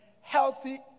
Healthy